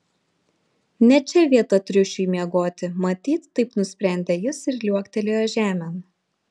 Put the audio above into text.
ne čia vieta triušiui miegoti matyt taip nusprendė jis ir liuoktelėjo žemėn